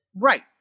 Right